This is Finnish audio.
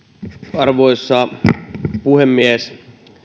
arvoisa puhemies